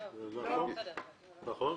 בדיוק,